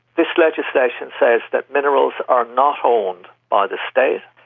this legislation says that minerals are not owned by the state.